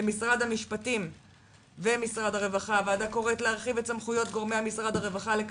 למשרד המשפטים ומשרד הרווחה הוועדה קוראת להרחיב